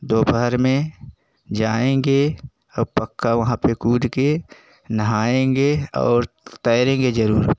दोपहर में जाएँगे ह पक्का वहाँ पर कूद के नहाएँगे और तैरेंगे ज़रूर